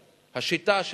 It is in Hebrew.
השיטה.